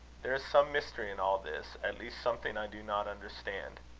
there is some mystery in all this at least something i do not understand.